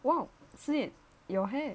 !wow! siyan your hair